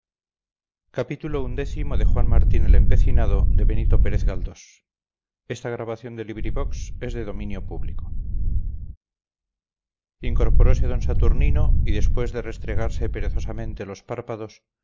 despierte usted incorporose d saturnino y después de restregarse perezosamente los párpados